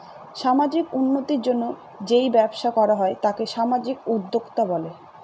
সামাজিক উন্নতির জন্য যেই ব্যবসা করা হয় তাকে সামাজিক উদ্যোক্তা বলে